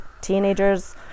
teenagers